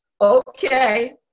okay